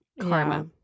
Karma